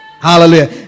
Hallelujah